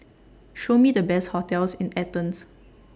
Show Me The Best hotels in Athens